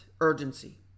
urgency